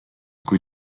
kui